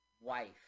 wife